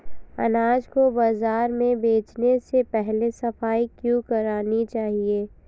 अनाज को बाजार में बेचने से पहले सफाई क्यो करानी चाहिए?